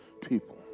people